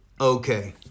okay